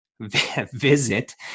visit